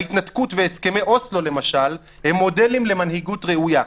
ההתנתקות והסכמי אוסלו למשל הם מודלים למנהיגות ראויה.